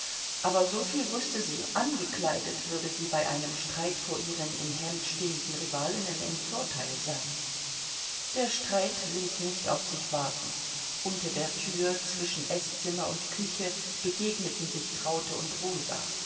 aber soviel wußte sie angekleidet würde sie bei einem streit vor ihren im hemd stehenden rivalinnen im vorteil sein der streit ließ nicht auf sich warten unter der türe zwischen eßzimmer und küche begegneten sich traute und rosa